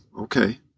Okay